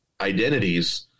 identities